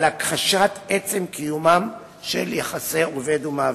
על הכחשת עצם קיומם של יחסי עובד ומעביד.